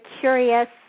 curious